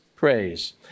Praise